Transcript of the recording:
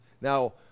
Now